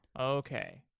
okay